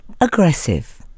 aggressive